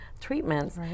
treatments